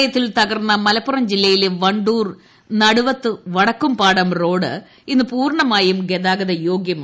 പ്രളയത്തിൽ തകർന്ന മലപ്പുറം ജില്ലയിലെ വണ്ടൂർ നടുവത്ത് വടക്കും പാടം റോഡ് ഇന്ന് പൂർണ്ണമായുട് ഗതാഗതയോഗ്യമായി